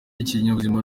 ibinyabuzima